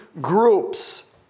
groups